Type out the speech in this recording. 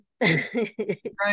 Right